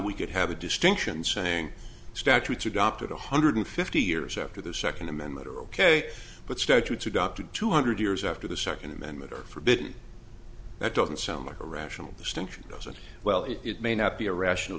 we could have a distinction saying statutes adopted one hundred fifty years after the second amendment are ok but statutes adopted two hundred years after the second amendment are forbidden that doesn't sound like a rational distinction doesn't well it may not be a rational